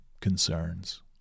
concerns